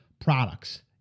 products